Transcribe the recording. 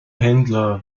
händler